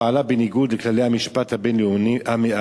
פעלה בניגוד לכללי המשפט הבין-לאומי